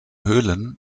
höhlen